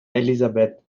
elizabeth